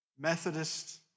Methodist